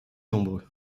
nombreux